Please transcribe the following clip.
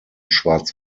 schwarz